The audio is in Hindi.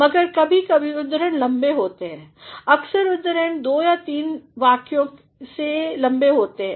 मगर कभी कभी उद्धरण लम्बे होते हैं अक्सर उद्धरण दो या तीन याक्यों से लम्बे होते हैं